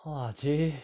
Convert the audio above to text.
!wah! j